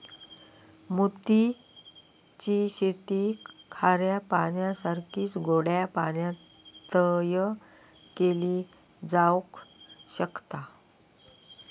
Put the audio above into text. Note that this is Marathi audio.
मोती ची शेती खाऱ्या पाण्यासारखीच गोड्या पाण्यातय केली जावक शकता